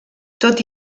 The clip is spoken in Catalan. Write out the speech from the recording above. tot